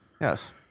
Yes